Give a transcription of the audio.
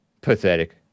Pathetic